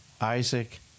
Isaac